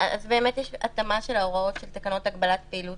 יש התאמה של ההוראות של תקנות הגבלת פעילות